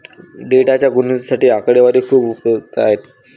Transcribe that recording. डेटाच्या गुणवत्तेसाठी आकडेवारी खूप उपयुक्त आहे